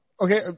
Okay